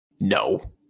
No